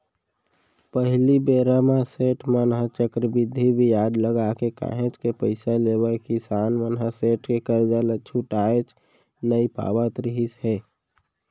पहिली बेरा म सेठ मन ह चक्रबृद्धि बियाज लगाके काहेच के पइसा लेवय किसान मन ह सेठ के करजा ल छुटाएच नइ पावत रिहिस हे